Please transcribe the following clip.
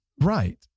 Right